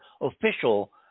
official